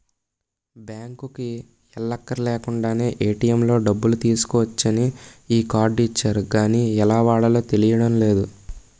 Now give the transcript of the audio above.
బాంకుకి ఎల్లక్కర్లేకుండానే ఏ.టి.ఎం లో డబ్బులు తీసుకోవచ్చని ఈ కార్డు ఇచ్చారు గానీ ఎలా వాడాలో తెలియడం లేదు